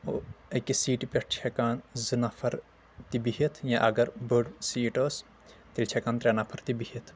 أکِس سیٖٹہِ پٮ۪ٹھ چھِ ہٮ۪کان زٕ نفر تہِ بِہِتھ یا اگر بٔڑ سیٖٹ ٲس تیٚلہِ چھِ ہٮ۪کان ترٛےٚ نفر تہِ بِہِتھ